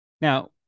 Now